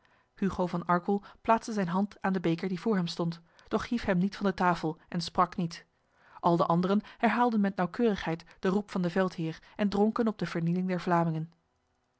hugo van arkel plaatste zijn hand aan de beker die voor hem stond doch hief hem niet van de tafel en sprak niet al de anderen herhaalden met nauwkeurigheid de roep van de veldheer en dronken op de vernieling der vlamingen